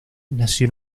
nació